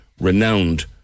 renowned